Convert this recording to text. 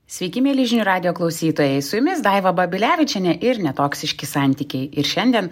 sveiki mieli žinių radijo klausytojai su jumis daiva babilevičienė ir netoksiški santykiai ir šiandien